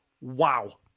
Wow